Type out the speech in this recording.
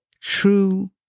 true